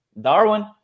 Darwin